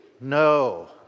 No